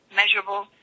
measurable